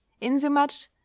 insomuch